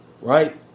right